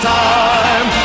time